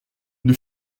une